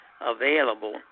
available